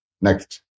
Next